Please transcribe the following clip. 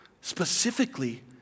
specifically